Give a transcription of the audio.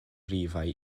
rhifau